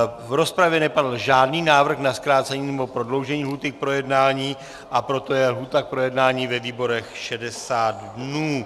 V rozpravě nepadl žádný návrh na zkrácení, nebo prodloužení lhůty k projednání, a proto je lhůta k projednání ve výborech 60 dnů.